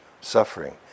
suffering